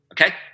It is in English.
okay